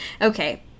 Okay